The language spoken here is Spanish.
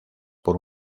por